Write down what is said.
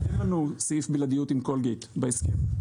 אין לנו סעיף בלעדית עם קולגייט בהסכם.